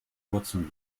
wurzeln